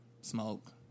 Smoke